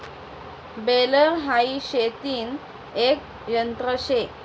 baler हाई शेतीन एक यंत्र शे